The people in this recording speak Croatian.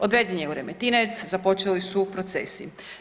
Odveden je u Remetinec, započeli su procesi.